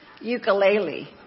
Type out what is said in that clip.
ukulele